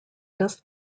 dust